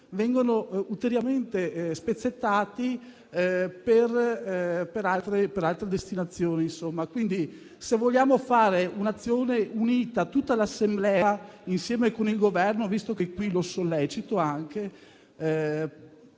vengano ulteriormente spezzettati e destinati ad altro. Se vogliamo fare un'azione unita, tutta l'Assemblea insieme con il Governo, visto che qui lo sollecito,